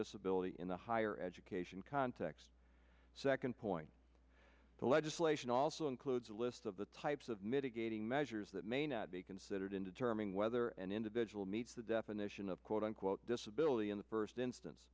disability in the higher education context second point the legislation also includes a list of the types of mitigating measures that may not be considered in determining whether an individual meets the definition of quote unquote disability in the first instance